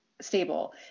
stable